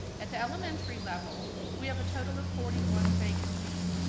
at the elementary level we have a total of forty one vacancies.